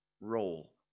role